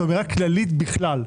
זו אמירה כללית בכלל,